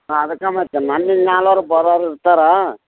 ಹಾಂ ಅದ್ಕೆ ಮತ್ತೆ ಮನ್ನಿಂದ್ ನಾಲ್ವರು ಬರೋರು ಇರ್ತಾರಾ